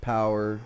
Power